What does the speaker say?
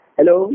Hello